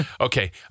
Okay